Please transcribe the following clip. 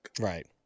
right